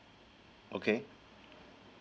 okay